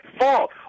fault